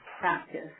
practice